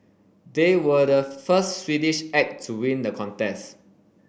they were the first Swedish act to win the contest